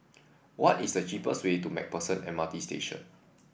what is the cheapest way to MacPherson M R T Station